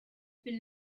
been